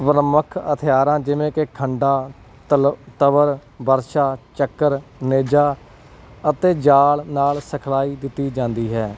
ਗੁਰਮੁਖ ਹਥਿਆਰਾਂ ਜਿਵੇਂ ਕਿ ਖੰਡਾ ਤਲ ਤਬਰ ਬਰਛਾ ਚੱਕਰ ਨੇਜਾ ਅਤੇ ਜਾਲ ਨਾਲ ਸਿਖਲਾਈ ਦਿੱਤੀ ਜਾਂਦੀ ਹੈ